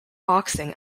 boxing